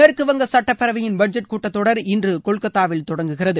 மேற்குவங்க சுட்டப்பேரவையின் பட்ஜெட் கூட்டத் தொடர் இன்று கொல்கத்தாவில் தொடங்குகிறது